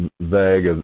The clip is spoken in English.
vague